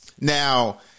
Now